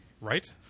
Right